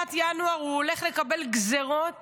בתחילת ינואר, הוא הולך לקבל גזרות